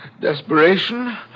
desperation